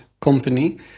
company